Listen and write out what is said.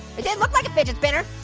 it didn't look like a fidget spinner.